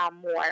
more